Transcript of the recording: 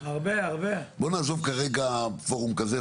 בואו נעזוב כרגע פורום כזה,